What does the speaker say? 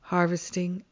Harvesting